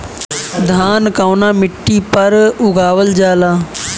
धान कवना मिट्टी पर उगावल जाला?